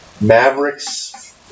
Mavericks